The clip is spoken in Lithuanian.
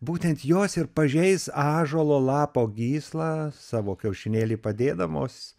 būtent jos ir pažeis ąžuolo lapo gyslą savo kiaušinėlį padėdamos